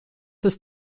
ist